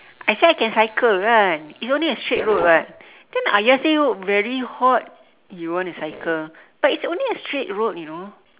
I say I can cycle right it's only a straight road [what] then ayah say very hot you want to cycle but it's only a straight road you know